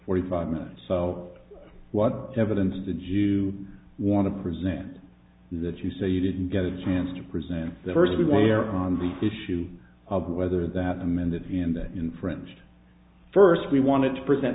forty five minutes so what evidence did you want to present that you so you didn't get a chance to present the first we where on the issue of whether that amended in that infringed first we wanted to present